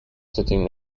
sitting